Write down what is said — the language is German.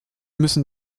müssen